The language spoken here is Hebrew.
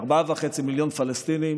ארבעה וחצי מיליון פלסטינים,